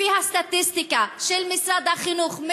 לפי הסטטיסטיקה של משרד החינוך,